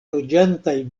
loĝantaj